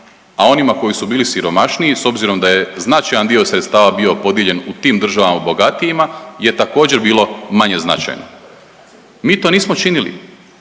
a onima koji su bili siromašniji s obzirom da je značaj dio sredstava bio podijeljen u tim državama bogatijima je također bilo manje značajno. Mi to nismo činili.